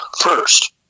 first